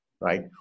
right